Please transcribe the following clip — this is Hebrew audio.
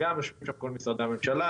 שגם בה יושבים כל משרדי הממשלה,